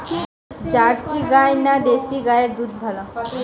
Jersey গাই না দেশী গাইয়ের দুধ ভালো?